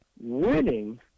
winning